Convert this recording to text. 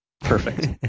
perfect